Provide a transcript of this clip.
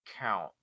Count